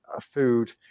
food